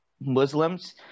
Muslims